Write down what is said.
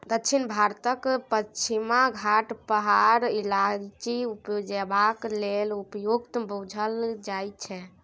दक्षिण भारतक पछिमा घाट पहाड़ इलाइचीं उपजेबाक लेल उपयुक्त बुझल जाइ छै